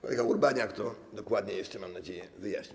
Kolega Urbaniak to dokładnie jeszcze, mam nadzieję, wyjaśni.